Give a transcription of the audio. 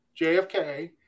JFK